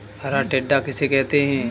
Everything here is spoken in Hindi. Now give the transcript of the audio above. हरा टिड्डा किसे कहते हैं?